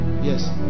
Yes